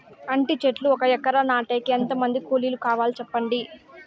అంటి చెట్లు ఒక ఎకరా నాటేకి ఎంత మంది కూలీలు కావాలి? సెప్పండి?